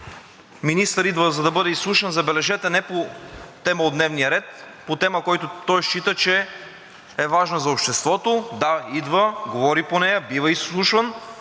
министър идва, за да бъде изслушан – забележете, не по тема от дневния ред, а по тема, която той счита, че е важна за обществото. Да, идва, говори по нея, бива изслушван